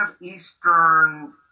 eastern